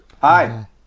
Hi